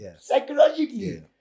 psychologically